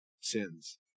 sins